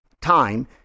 time